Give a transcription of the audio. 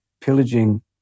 Pillaging